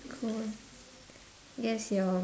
cool guess your